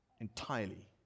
entirely